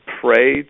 pray